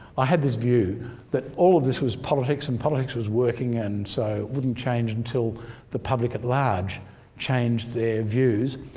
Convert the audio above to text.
i had this view that all of this was politics and politics was working and so it wouldn't change until the public at large changed their views.